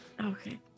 Okay